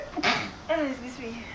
excuse me